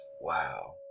Wow